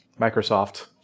Microsoft